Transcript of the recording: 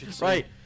Right